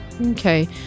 okay